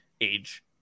age